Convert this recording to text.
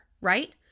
right